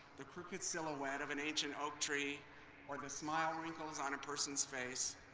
the crooked silhouette of an ancient oak tree or the smile wrinkles on a person's face.